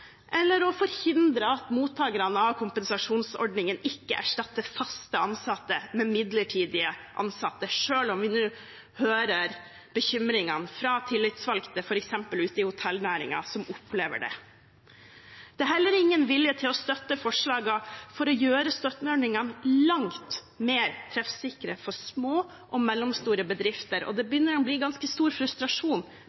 eller til å forhindre at mottakerne av kompensasjonsordningen ikke erstatter fast ansatte med midlertidig ansatte, selv om vi nå hører bekymringene fra tillitsvalgte som opplever det, f.eks. i hotellnæringen. Det er heller ingen vilje til å støtte forslagene for å gjøre støtteordningene langt mer treffsikre for små og mellomstore bedrifter, og det